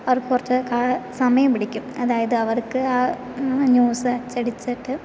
അവർക്ക് കുറച്ച് സമയം പിടിക്കും അതായത് അവർക്ക് ആ ന്യൂസ് അച്ചടിച്ചിട്ട്